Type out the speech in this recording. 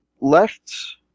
left